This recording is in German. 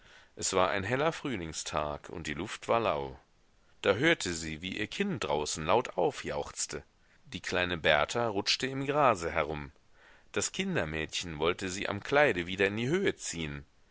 es war ein heller frühlingstag und die luft war lau da hörte sie wie ihr kind draußen laut aufjauchzte die kleine berta rutschte im grase herum das kindermädchen wollte sie am kleide wieder in die höhe ziehen